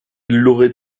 l’aurait